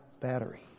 Battery